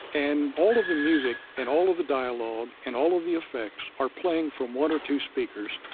and all of the music, and all of the dialogue, and all of the effects are playing from one or two speakers,